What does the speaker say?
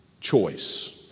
choice